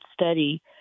study